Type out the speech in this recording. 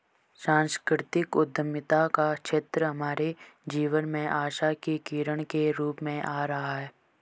सांस्कृतिक उद्यमिता का क्षेत्र हमारे जीवन में आशा की किरण के रूप में आ रहा है